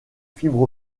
fibre